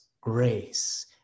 grace